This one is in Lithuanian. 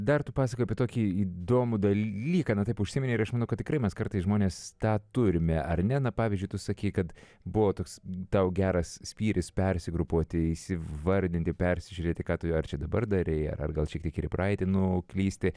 dar tu pasakojai apie tokį įdomų dalyką na taip užsiminei ir aš manau kad tikrai mes kartais žmonės tą turime ar ne na pavyzdžiui tu sakei kad buvo toks tau geras spyris persigrupuoti įsivardinti persižiūrėti ką tu čia dabar darei ar gal šiek tiek ir į praeitį nuklysti